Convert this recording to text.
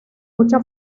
mucha